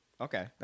Okay